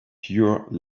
pure